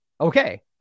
Okay